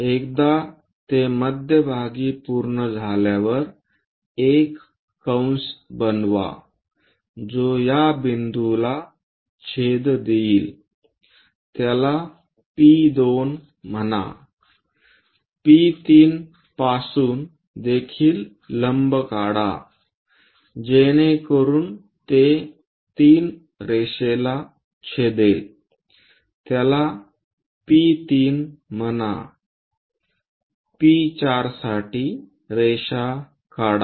एकदा ते मध्यभागी पूर्ण झाल्यावर एक कंस बनवा जो या बिंदूला छेद देईल त्याला P2 म्हणा P3 पासून देखील लंब काढा जेणेकरून ते 3 रेषेला छेदेल त्याला P3 म्हणा P4 साठी रेषा काढा